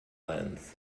lens